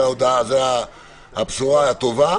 זאת הבשורה הטובה.